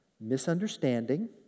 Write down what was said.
Misunderstanding